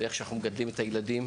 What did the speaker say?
איך שאנחנו מגדלים את הילדים,